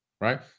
right